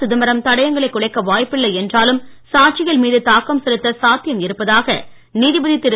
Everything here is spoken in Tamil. சிதம்பரம் தடயங்களை குலைக்க வாய்ப்பில்லை என்றாலும் சாட்சிகள் மீது தாக்கம் செலுத்த சாத்தியம் இருப்பதாக நீதிபதி திரு